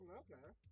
okay